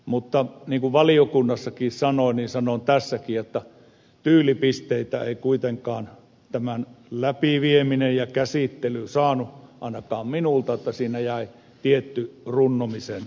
mutta niin kuin valiokunnassakin sanoin sanon tässäkin jotta tyylipisteitä ei kuitenkaan tämän läpivieminen ja käsittely valiokunnassa saanut ainakaan minulta vaan siinä jäi tietty runnomisen maku